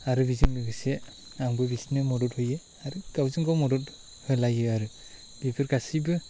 आरो बेजों लोगोसे आंबो बिसोरनो मदद होयो आरो गावजों गाव मदद होलायो आरो बेफोर गासिबो